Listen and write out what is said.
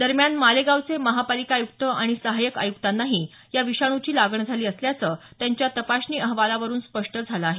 दरम्यान मालेगावचे महापालिका आयुक्त आणि सहायक आयुक्तांनाही या विषाणूची लागण झाली असल्याचं त्यांच्या तपासणी अहवालावरून स्पष्ट झालं आहे